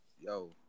Yo